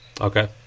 okay